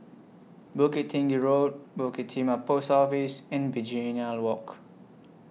Bukit Tinggi Road Bukit Timah Post Office and Begonia Walk